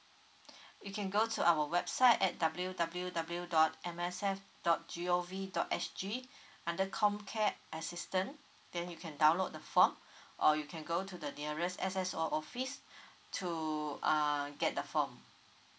you can go to our website at W W W dot M S F dot G O V dot S G under COMCARE assistant then you can download the form or you can go to the nearest S_S_O office to ah get the form